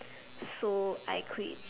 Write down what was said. so I quit